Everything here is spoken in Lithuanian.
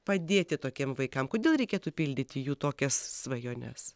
padėti tokiem vaikam kodėl reikėtų pildyti jų tokias svajones